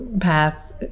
path